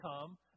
come